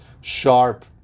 sharp